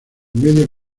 medios